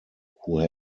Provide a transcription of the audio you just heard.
who